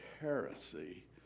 heresy